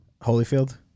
Holyfield